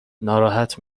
ناراحت